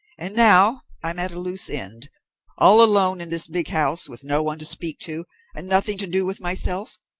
and now i'm at a loose end all alone in this big house with no one to speak to and nothing to do with myself.